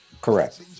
Correct